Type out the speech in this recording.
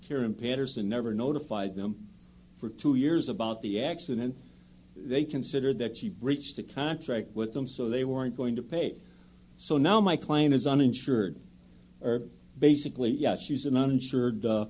karen patterson never notified them for two years about the accident they considered that she breached a contract with them so they weren't going to pay so now my client is uninsured or basically yes she's an uninsured